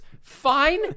fine